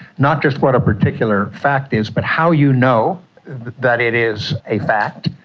not just what a particular fact is but how you know that it is a fact,